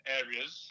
areas